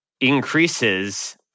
increases